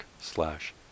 slash